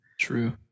True